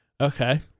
Okay